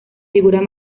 figuras